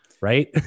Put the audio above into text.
right